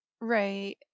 Right